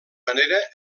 manera